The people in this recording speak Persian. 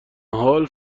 حال